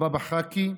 הבאבא חאקי,